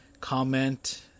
Comment